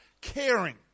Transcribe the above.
Caring